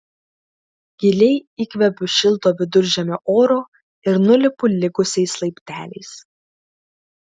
giliai įkvepiu šilto viduržemio oro ir nulipu likusiais laipteliais